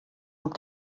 amb